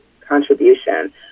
contribution